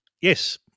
Yes